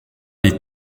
les